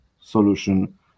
solution